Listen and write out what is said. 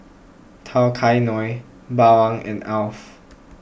Tao Kae Noi Bawang and Alf